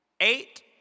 eight